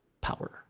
power